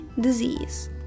disease